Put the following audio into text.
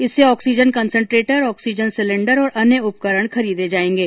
इससे oxygen concentrator oxygen cylinder और अन्य उपकरण खरीदे जायेंगे